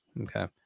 okay